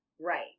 Right